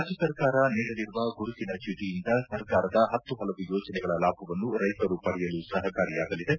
ರಾಜ್ಜ ಸರ್ಕಾರ ನೀಡಲಿರುವ ಗುರುತಿನ ಚೀಟಿಯಿಂದ ಸರ್ಕಾರದ ಹತ್ತು ಹಲವು ಯೋಜನೆಗಳ ಲಾಭವನ್ನು ರೈತರು ಪಡೆಯಲು ಸಹಕಾರಿಯಾಗಲಿದೆ